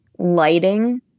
lighting